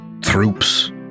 troops